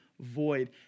void